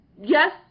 Yes